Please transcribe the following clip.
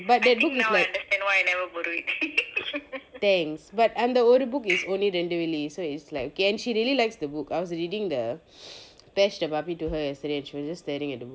but the book is like thanks but um the older book is only individually so it's like and she really likes the book I was reading the bash the puppy to her yesterday which was just staring at the book